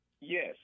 Yes